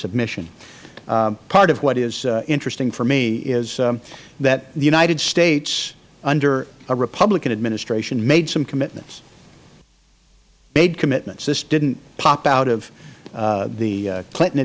submission part of what is interesting for me is that the united states under a republican administration made some commitments made commitments this didn't pop out of the clinton